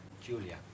Julia